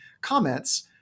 comments